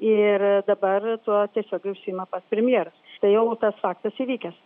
ir dabar tuo tiesiogiai užsiima pats premjeras tai jau tas faktas įvykęs